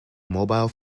mobile